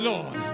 Lord